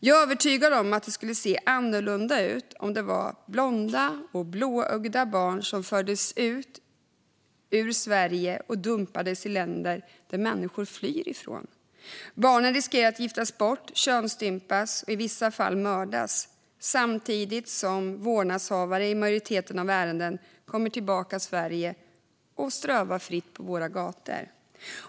Jag är övertygad om att det skulle se annorlunda ut om det var blonda och blåögda barn som fördes ut ur Sverige och dumpades i länder som människor flyr ifrån. Barnen riskerar att giftas bort, könsstympas och i vissa fall mördas samtidigt som vårdnadshavarna i majoriteten av ärendena kommer tillbaka till Sverige och strövar fritt på våra gator.